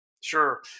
Sure